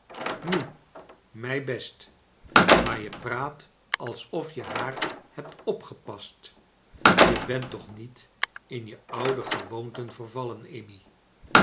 nu mij best maar je praat alsof je haa r liebt opgepast je bent toch niet in je oude gewoonten vervallen